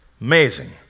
Amazing